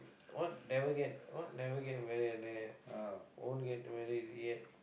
what never get what never get married அண்ணண்:annan won't get married yet